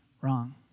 wrong